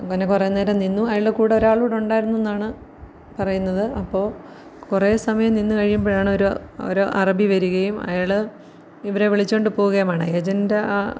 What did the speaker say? അങ്ങനെ കുറേ നേരം നിന്ന് അയാളുടെ കൂടെ ഒരാളൂടുണ്ടായിരുന്നു എന്നാണ് പറയുന്നത് അപ്പോള് കുറേ സമയം നിന്ന് കഴിയുമ്പോഴാണൊരു ഒരു ഒരു അറബി വരുകയും അയാള് ഇവരെ വിളിച്ചുകൊണ്ടുപോവുകയുമാണ് ഏജൻറ്റ് ആ